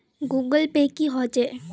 Google Pay की होचे?